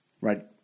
right